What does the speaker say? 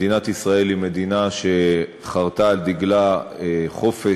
מדינת ישראל היא מדינה שחרתה על דגלה חופש